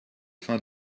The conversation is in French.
fin